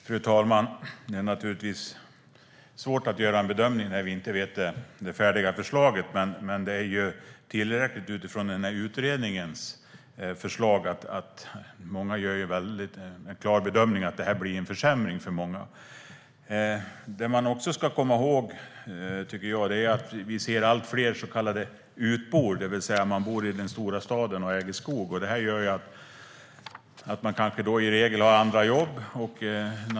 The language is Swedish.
Fru talman! Det är naturligtvis svårt att göra en bedömning när vi inte vet vad det färdiga förslaget blir. Men för många är utredningens förslag tillräckligt för att göra den klara bedömningen att det kommer att bli en försämring för många. Något man också ska komma ihåg, tycker jag, är att det blir allt fler så kallade utbor, det vill säga personer som bor i den stora staden och äger skog. I regel har de andra jobb.